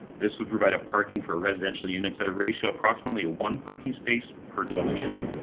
this would provide a parking for residential units at a ratio approximately one parking space per dwelling unit.